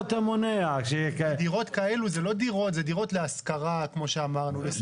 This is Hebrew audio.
דירות כאלה זה דירות להשכרה כמו שאמרנו.